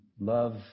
love